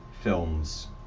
films